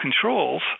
controls